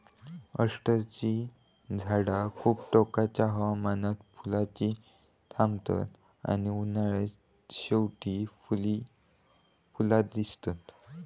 अष्टरची झाडा खूप टोकाच्या हवामानात फुलुची थांबतत आणि उन्हाळ्याच्या शेवटी फुला दितत